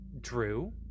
Drew